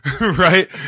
Right